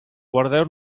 guardeu